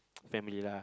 family lah